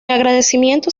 agradecimiento